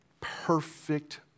perfect